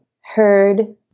heard